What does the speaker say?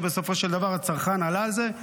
ובסופו של דבר הצרכן עלה על זה.